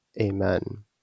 Amen